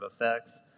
effects